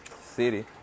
city